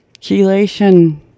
chelation